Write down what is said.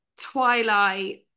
Twilight